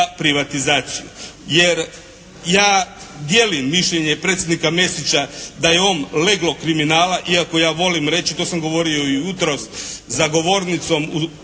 privatizaciju, jer ja dijelim mišljenje predsjednika Mesića da je on leglo kriminala, iako ja volim reći i to sam govorio i jutros za govornicom u